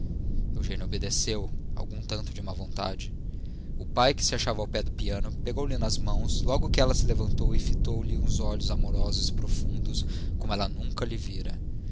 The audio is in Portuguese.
qualquer eugênia obedeceu algum tanto de má vontade o pai que se achava ao pé do piano pegou-lhe nas mãos logo que ela se levantou e fitou lhe uns olhos amorosos e profundos como ela nunca lhe vira